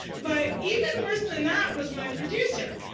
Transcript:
but even worse than that was my producer.